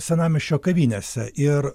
senamiesčio kavinėse ir